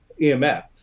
EMF